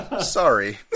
sorry